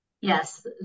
Yes